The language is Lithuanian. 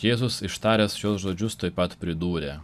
jėzus ištaręs šiuos žodžius tuoj pat pridūrė